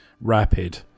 rapid